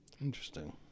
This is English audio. Interesting